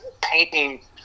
painting